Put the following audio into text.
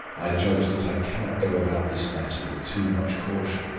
i judge that i cannot go about this matter with too much caution,